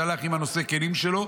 שהלך עם נושא הכלים שלו,